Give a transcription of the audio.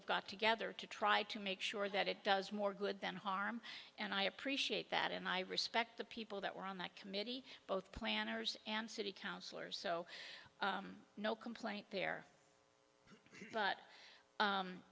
have got together to try to make sure that it does more good than harm and i appreciate that and i respect the people that were on that committee both planners and city councilors so no complaint there but